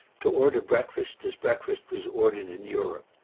to order breakfast as breakfast was ordered in europe,